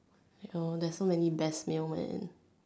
yo there's no many best meal man